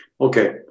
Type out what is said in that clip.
Okay